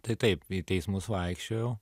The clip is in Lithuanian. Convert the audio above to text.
tai taip į teismus vaikščiojau